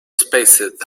spaced